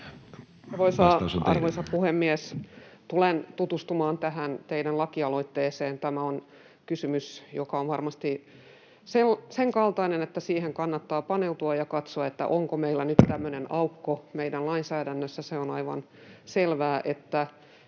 Arvoisa puhemies! Tulen tutustumaan tähän teidän lakialoitteeseenne. Tämä on kysymys, joka on varmasti sen kaltainen, että siihen kannattaa paneutua ja katsoa, onko meillä nyt tämmöinen aukko meidän lainsäädännössä. Se on aivan selvää,